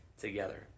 together